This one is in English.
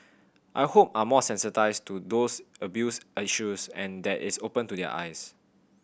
I hope are more sensitised to these abuse issues and that it's opened their eyes